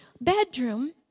bedroom